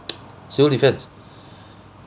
civil defence